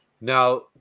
now